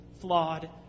flawed